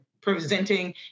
presenting